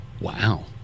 wow